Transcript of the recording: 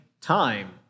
time